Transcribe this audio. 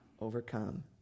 overcome